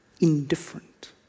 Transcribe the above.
indifferent